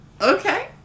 Okay